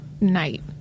night